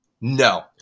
no